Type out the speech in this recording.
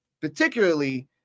particularly